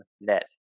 net